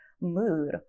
mood